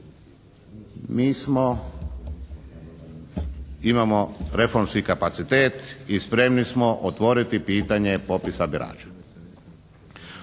Mi smo, imamo reformski kapacitet i spremni smo otvoriti pitanje popisa birača.